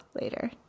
later